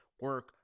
Work